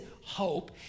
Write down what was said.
hope